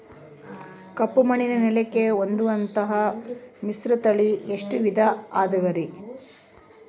ಕಪ್ಪುಮಣ್ಣಿನ ನೆಲಕ್ಕೆ ಹೊಂದುವಂಥ ಮಿಶ್ರತಳಿ ಎಷ್ಟು ವಿಧ ಅದವರಿ?